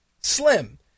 Slim